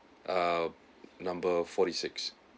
ah number forty-six